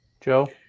Joe